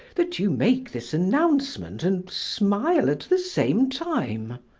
that you make this announcement and smile at the same time?